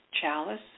chalice